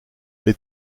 les